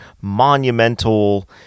monumental